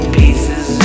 pieces